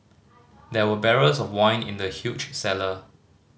there were barrels of wine in the huge cellar